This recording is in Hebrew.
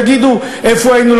יגידו: איפה היינו,